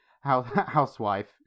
housewife